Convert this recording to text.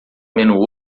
menu